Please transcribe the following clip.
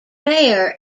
mayor